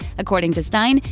according to stein,